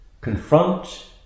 confront